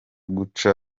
guca